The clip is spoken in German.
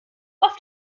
auf